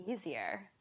easier